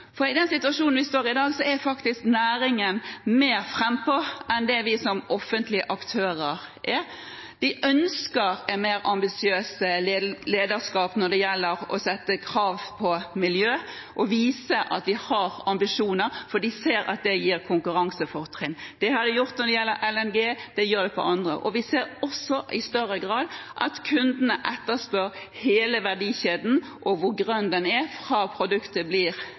offentlige aktører er. De ønsker et mer ambisiøst lederskap når det gjelder å stille miljøkrav og vise at en har ambisjoner, for de ser at det gir konkurransefortrinn. Det har vært gjort når det gjelder LNG, og det gjøres på andre områder. Vi ser også i større grad at kundene ser på hele verdikjeden og hvor grønn den er, fra produktet blir